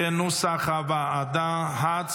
כנוסח הוועדה.